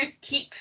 keep